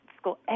school